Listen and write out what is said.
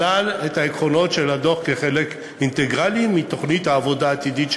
כלל את העקרונות של הדוח כחלק אינטגרלי מתוכנית העבודה העתידית שלהם.